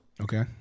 Okay